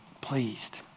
pleased